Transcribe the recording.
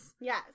yes